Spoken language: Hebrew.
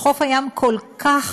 שחוף הים כל כך